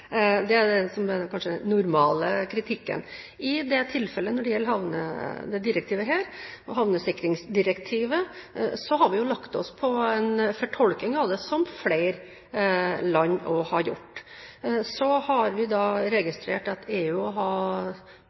Det er kanskje den normale kritikken. I dette tilfellet, som gjelder havnesikringsdirektivet, har vi lagt oss på en fortolking av det som flere andre land har gjort. Så har vi registrert at EU har